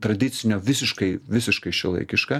tradicinio visiškai visiškai šiuolaikiška